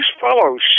fellows